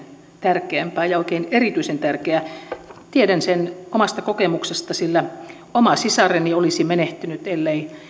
tärkeämpää ja oikein erityisen tärkeää tiedän sen omasta kokemuksestani sillä oma sisareni olisi menehtynyt ellei